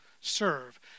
serve